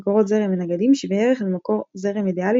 מקורות זרם ונגדים שווה-ערך למקור זרם אידיאלי